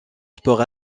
sport